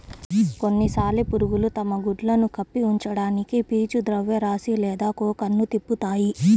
కొన్ని సాలెపురుగులు తమ గుడ్లను కప్పి ఉంచడానికి పీచు ద్రవ్యరాశి లేదా కోకన్ను తిప్పుతాయి